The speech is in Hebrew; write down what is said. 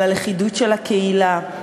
על הלכידות של הקהילה,